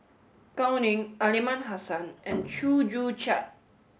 Gao Ning Aliman Hassan and Chew Joo Chiat